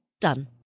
Done